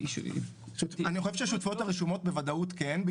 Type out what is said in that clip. אני חושב שהשותפויות הרשומות בוודאות כן,